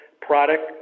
product